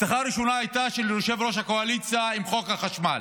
ההבטחה הראשונה הייתה של ראש הקואליציה עם חוק החשמל: